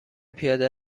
پیاده